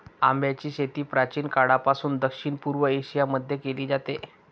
आंब्याची शेती प्राचीन काळापासून दक्षिण पूर्व एशिया मध्ये केली जाते